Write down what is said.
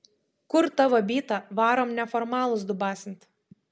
kur tavo byta varom neformalus dubasint